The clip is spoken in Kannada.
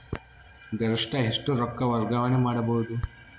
ಗರಿಷ್ಠ ಎಷ್ಟು ರೊಕ್ಕ ವರ್ಗಾವಣೆ ಮಾಡಬಹುದು?